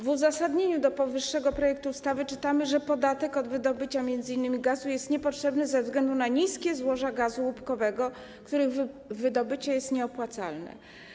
W uzasadnieniu powyższego projektu ustawy czytamy, że podatek od wydobycia m.in. gazu jest niepotrzebny ze względu na małe złoża gazu łupkowego, którego wydobycie jest nieopłacalne.